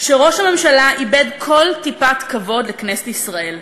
שראש הממשלה איבד כל טיפת כבוד לכנסת ישראל,